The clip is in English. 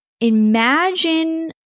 imagine